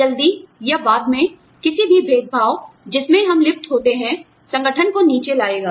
जल्दी या बाद में किसी भी भेदभाव जिसे हम लिप्त होते हैं संगठन को नीचे लाएगा